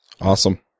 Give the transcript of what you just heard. Awesome